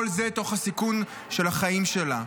כל זה תוך הסיכון של החיים שלה.